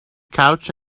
couch